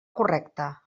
correcta